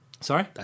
Sorry